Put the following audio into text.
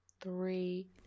Three